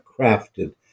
crafted